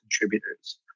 contributors